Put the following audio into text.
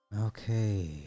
okay